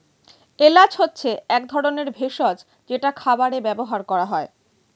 এলাচ হচ্ছে এক ধরনের ভেষজ যেটা খাবারে ব্যবহার করা হয়